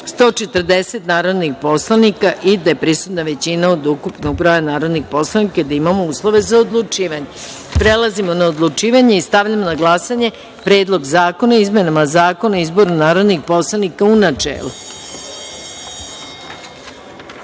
140 narodnih poslanika, odnosno da je prisutna većina od ukupnog broja narodnih poslanika i da imamo uslove za odlučivanje. Prelazimo na odlučivanje. Stavljam na glasanje Predlog zakona o izmenama Zakona o izboru narodnih poslanika, u